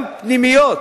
גם פנימיות,